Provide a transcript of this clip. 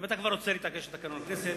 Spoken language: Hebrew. אם אתה כבר רוצה להתעקש על תקנון הכנסת,